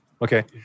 Okay